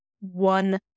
one